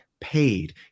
paid